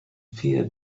wie